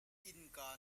innka